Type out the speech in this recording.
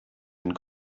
ein